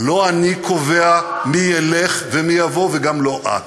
לא אני קובע מי ילך ומי יבוא, וגם לא את.